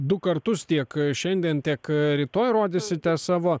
du kartus tiek šiandien tiek rytoj rodysite savo